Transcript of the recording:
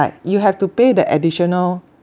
like you have to pay the additional